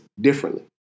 differently